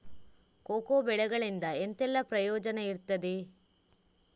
Cocoa ಬೆಳೆಗಳಿಂದ ಎಂತೆಲ್ಲ ಪ್ರಯೋಜನ ಇರ್ತದೆ?